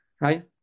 right